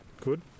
good